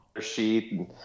sheet